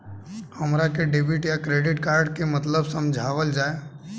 हमरा के डेबिट या क्रेडिट कार्ड के मतलब समझावल जाय?